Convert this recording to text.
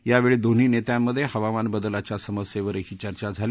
यावेळी दोन्ही नेत्यांमध्ये हवामान बदलाच्या समस्येवरही चर्चा झाली